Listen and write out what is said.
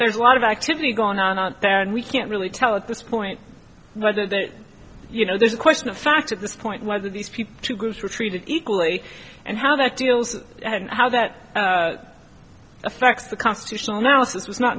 there's a lot of activity going on out there and we can't really tell at this point whether that you know there's a question of fact at this point whether these people two groups are treated equally and how that deals and how that affects the constitutional now if this was not